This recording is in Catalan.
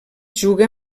juga